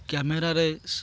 କ୍ୟାମେରାରେ